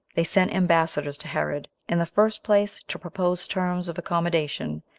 they sent ambassadors to herod, in the first place, to propose terms of accommodation,